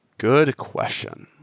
good question.